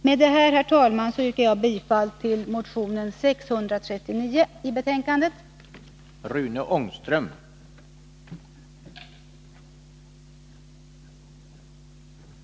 Med detta, herr talman, yrkar jag bifall till motion 1980/81:639, som behandlas i socialutskottets betänkande.